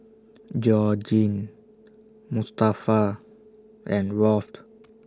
Georgine Mustafa and Rolf